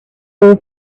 all